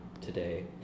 today